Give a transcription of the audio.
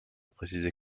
préciser